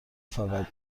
فقط